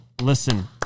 listen